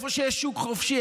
איפה שיש שוק חופשי,